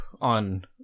on